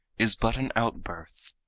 is but an outbirth.